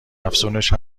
افزونش